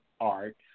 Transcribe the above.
art